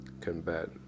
combat